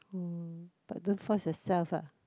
oh but don't force yourself lah